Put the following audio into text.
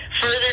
further